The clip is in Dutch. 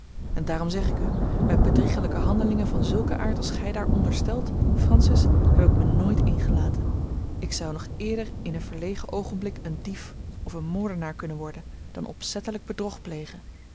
en daarom zeg ik u met bedriegelijke handelingen van zulken aard als gij daar onderstelt francis heb ik mij nooit ingelaten ik zou nog eerder in een verlegen oogenblik een dief of een moordenaar kunnen worden dan opzettelijk bedrog plegen